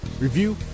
review